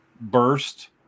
burst